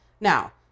Now